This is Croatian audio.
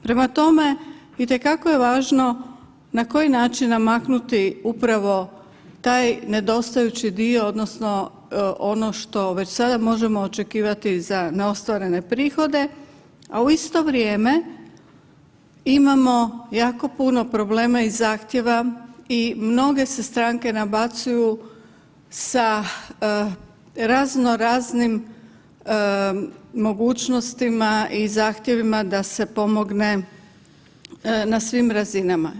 Prema tome, itekako je važno na koji način namaknuti upravo taj nedostajući dio odnosno ono što već sada možemo očekivati za neostvarene prihode, a u isto vrijeme imamo jako puno problema i zahtjeva i mnoge se stranke nabacuju sa razno raznim mogućnostima i zahtjevima da se pomogne na svim razinama.